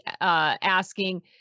asking –